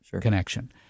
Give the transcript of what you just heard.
connection